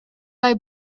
bei